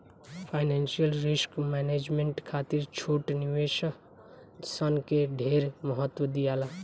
financial risk management खातिर छोट निवेश सन के ढेर महत्व दियाला